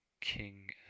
King